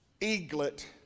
eaglet